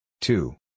Two